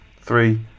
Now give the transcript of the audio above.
three